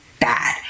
bad